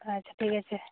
ᱟᱪᱪᱷᱟ ᱴᱷᱤᱠ ᱟᱪᱷᱮ